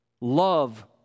Love